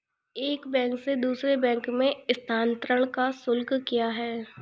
एक बैंक से दूसरे बैंक में स्थानांतरण का शुल्क क्या है?